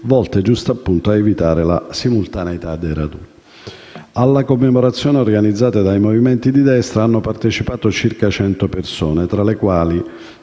volte giustappunto a evitare la simultaneità dei raduni. Alla commemorazione organizzata dai movimenti di destra hanno partecipato circa 100 persone, tra le quali